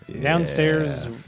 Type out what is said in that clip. Downstairs